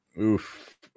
oof